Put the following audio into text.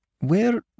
Where